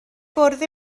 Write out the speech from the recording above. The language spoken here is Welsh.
bwrdd